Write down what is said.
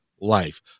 life